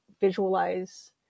visualize